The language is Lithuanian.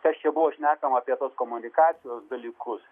kas čia buvo šnekama apie tuos komunikacijos dalykus